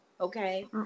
Okay